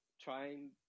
trying